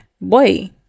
boy